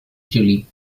julie